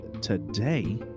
today